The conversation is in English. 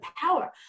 power